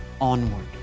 onward